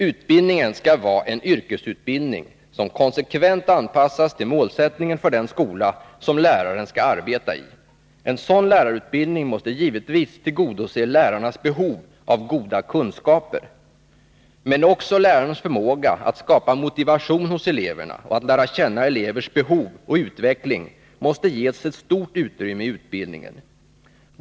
Utbildningen skall vara en yrkesutbildning som konsekvent anpassas till målsättningen för den skola som läraren skall arbeta i. En sådan lärarutbildning måste givetvis tillgodose lärarnas behov av goda kunskaper. Men också lärarnas förmåga att skapa motivation hos eleverna och att lära känna elevernas behov och utveckling måste ges ett stort utrymme i utbildningen.